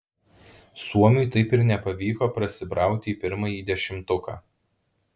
suomiui taip ir nepavyko prasibrauti į pirmąjį dešimtuką